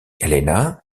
helena